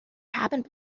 happened